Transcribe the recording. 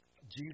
Jesus